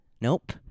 Nope